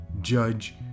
judge